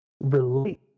relate